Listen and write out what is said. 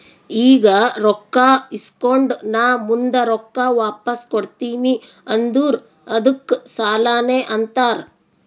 ಈಗ ರೊಕ್ಕಾ ಇಸ್ಕೊಂಡ್ ನಾ ಮುಂದ ರೊಕ್ಕಾ ವಾಪಸ್ ಕೊಡ್ತೀನಿ ಅಂದುರ್ ಅದ್ದುಕ್ ಸಾಲಾನೇ ಅಂತಾರ್